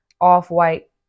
off-white